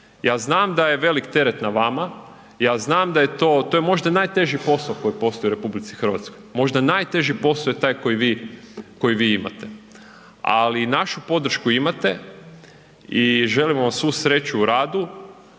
Ja znam da je velik teret na vama, ja znam da je to, to je možda najteži posao koji postoji u RH, možda najteži posao je taj koji vi imate, ali našu podršku imate i želimo vam svu sreću u radu